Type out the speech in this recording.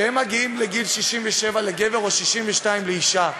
כשהם מגיעים לגיל 67 לגבר או 62 לאישה,